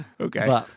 okay